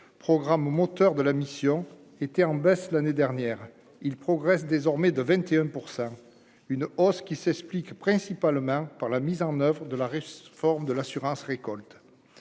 programme au moteur de la mission était en baisse l'année dernière il progresse désormais de 21 %. Une hausse qui s'explique principalement par la mise en oeuvre de la forme de l'assurance-récolte